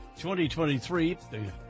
2023